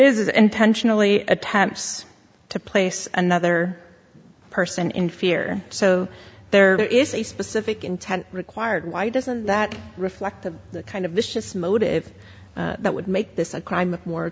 it is intentionally attempts to place another person in fear so there is a specific intent required why doesn't that reflect the the kind of vicious motive that would make this a crime